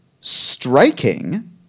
striking